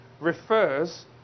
refers